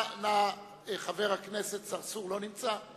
חבר הכנסת צרצור, לא נמצא,